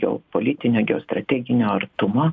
geopolitinio geostrateginio artumo